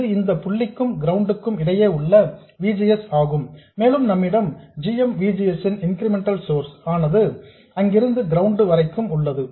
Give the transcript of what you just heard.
இது இந்த புள்ளிக்கும் கிரவுண்ட் க்கும் இடையே உள்ள V G S ஆகும் மேலும் நம்மிடம் g m V G S ன் இன்கிரிமெண்டல் சோர்ஸ் ஆனது அங்கிருந்தது கிரவுண்ட் வரைக்கும் உள்ளது